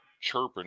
chirping